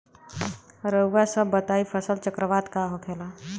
रउआ सभ बताई फसल चक्रवात का होखेला?